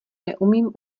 neumím